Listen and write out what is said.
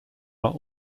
are